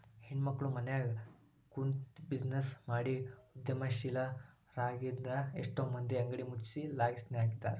ಹೆಣ್ಮಕ್ಳು ಮನ್ಯಗ ಕುಂತ್ಬಿಜಿನೆಸ್ ಮಾಡಿ ಉದ್ಯಮಶೇಲ್ರಾಗಿದ್ರಿಂದಾ ಎಷ್ಟೋ ಮಂದಿ ಅಂಗಡಿ ಮುಚ್ಚಿ ಲಾಸ್ನ್ಯಗಿದ್ದಾರ